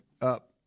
up